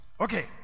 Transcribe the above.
Okay